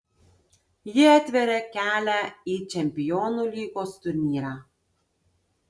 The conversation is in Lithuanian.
ji atveria kelią į čempionų lygos turnyrą